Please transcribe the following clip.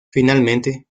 finalmente